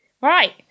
Right